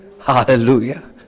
Hallelujah